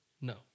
No